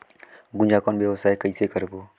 गुनजा कौन व्यवसाय कइसे करबो?